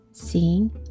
Seeing